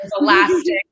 elastic